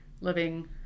living